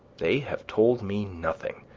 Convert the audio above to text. they have told me nothing,